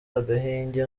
agahenge